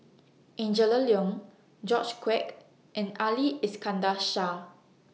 Angela Liong George Quek and Ali Iskandar Shah